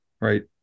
right